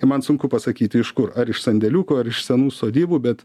ir man sunku pasakyti iš kur ar iš sandėliukų ar iš senų sodybų bet